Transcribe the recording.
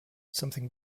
something